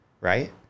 right